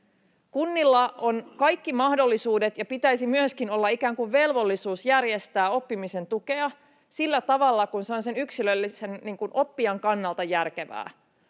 Kunnilla on kaikki mahdollisuudet ja pitäisi myöskin olla ikään kuin velvollisuus järjestää oppimisen tukea sillä tavalla kuin se on sen yksilöllisen oppijan kannalta järkevää.